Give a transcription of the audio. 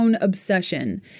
obsession